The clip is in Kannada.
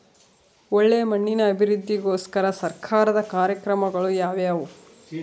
ಒಳ್ಳೆ ಮಣ್ಣಿನ ಅಭಿವೃದ್ಧಿಗೋಸ್ಕರ ಸರ್ಕಾರದ ಕಾರ್ಯಕ್ರಮಗಳು ಯಾವುವು?